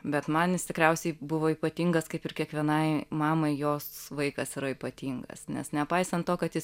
bet man jis tikriausiai buvo ypatingas kaip ir kiekvienai mamai jos vaikas yra ypatingas nes nepaisant to kad jis